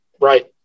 right